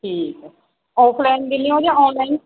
ਠੀਕ ਹੈ offline billing ਹੋਵੇਗੀ ਜਾਂ ਆਨਲਾਈਨ